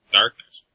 darkness